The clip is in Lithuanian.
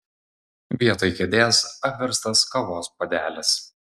vietoj kėdės apverstas kavos puodelis